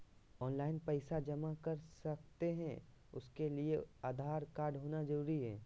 Online पैसा जमा कर सकते हैं उसके लिए आधार कार्ड होना जरूरी है?